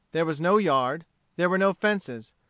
there was no yard there were no fences.